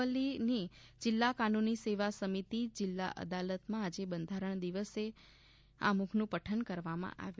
અરવલ્લીની જીલ્લા કાનૂની સેવા સમિતિ જીલ્લા અદાલતમાં આજે બંધારણ દિવસે નિમિત્તે આમુખનું પઠન કરવામાં આવ્યું